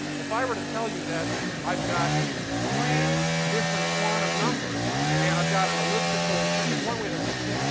if i were to tell you that i've got three different quantum numbers and i've got an elliptical thing and one way to think, see,